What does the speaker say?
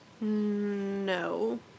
No